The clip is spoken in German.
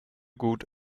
gut